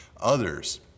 others